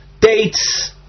Dates